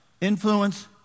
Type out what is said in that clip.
influence